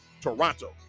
Toronto